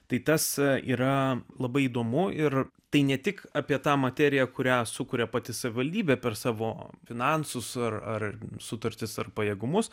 tai tas yra labai įdomu ir tai ne tik apie tą materiją kurią sukuria pati savivaldybė per savo finansus ar sutartis ar pajėgumus